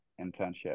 internship